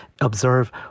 observe